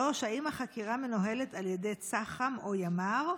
3. האם החקירה מנוהלת על ידי צח"מ או ימ"ר?